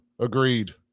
Agreed